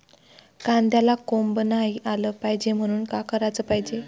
कांद्याला कोंब नाई आलं पायजे म्हनून का कराच पायजे?